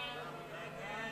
הצעת